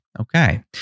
Okay